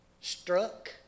struck